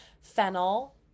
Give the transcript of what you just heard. Fennel